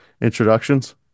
introductions